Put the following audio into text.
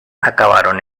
acabaron